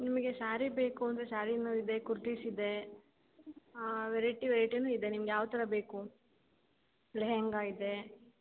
ನಿಮಗೆ ಸಾರಿ ಬೇಕು ಅಂದರೆ ಸಾರಿನೂ ಇದೆ ಕುರ್ತೀಸ್ ಇದೆ ವೆರೈಟಿ ವೆರೈಟಿನೂ ಇದೆ ನಿಮ್ಗೆ ಯಾವ ಥರ ಬೇಕು ಲೆಹೆಂಗಾ ಇದೆ